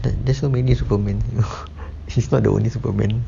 there's so many superman you know he's not the only superman